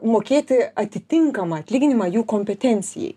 mokėti atitinkamą atlyginimą jų kompetencijai